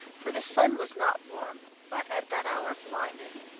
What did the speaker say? for the sun was not warm, but at that hour, blinding.